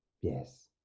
yes